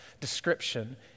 description